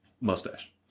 mustache